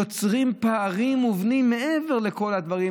יוצרים פערים מובנים מעבר לכל הדברים,